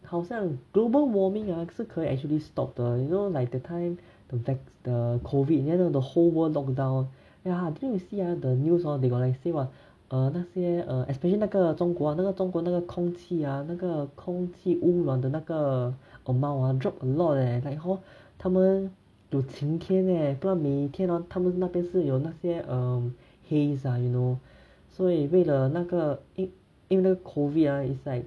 好像 global warming ah 是可以 actually stop 的 you know like that time the vac~ the COVID then hor the whole world lockdown ya then you see ah the news hor they got like say what err 那些 err especially 那个中国那个中国那个空气啊那个空气污染的那个 amount ah drop a lot leh like hor 他们有晴天 leh 到每天 hor 他们那边是有那些 um haze ah you know 所以为了那个因因为那个 COVID ah